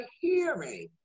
hearing